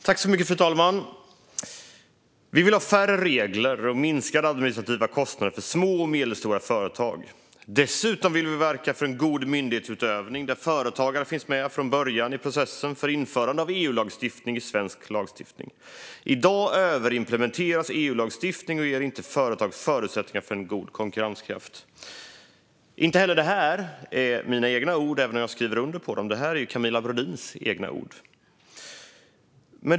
Fru talman! Vi vill ha färre regler och minskade administrativa kostnader för små och medelstora företag. Dessutom vill vi verka för en god myndighetsutövning där företagare finns med från början i processen för införande av EU-lagstiftning i svensk lagstiftning. I dag överimplementeras EU-lagstiftning och ger inte företag förutsättningar för en god konkurrenskraft. Det här är inte min egna ord, även om jag skriver under på dem. Det är Camilla Brodins egna ord.